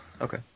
Okay